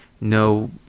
no